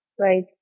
Right